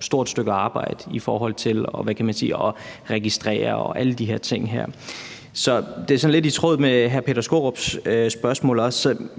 stort stykke arbejde i forhold til at registrere alle de her ting. Så det er lidt i tråd med hr. Peter Skaarups spørgsmål.